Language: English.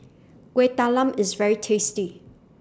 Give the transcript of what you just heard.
Kuih Talam IS very tasty